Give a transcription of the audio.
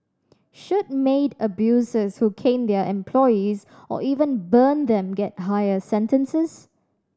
should maid abusers who cane their employees or even burn them get higher sentences